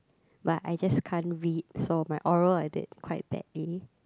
but I just can't read so my oral I did quite badly